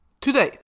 today